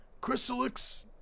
Chrysalix